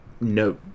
no